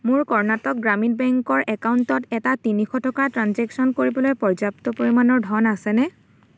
মোৰ কৰ্ণাটক গ্ৰামীণ বেংকৰ একাউণ্টত এটা তিনিশ টকাৰ ট্ৰেঞ্জেকশ্য়ন কৰিবলৈ পৰ্যাপ্ত পৰিমাণৰ ধন আছেনে